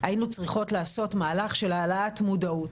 היינו צריכים לעשות מהלך של העלאת מודעות,